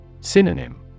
Synonym